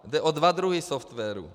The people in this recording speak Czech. Jde o dva druhy softwarů.